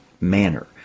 manner